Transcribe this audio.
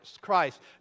Christ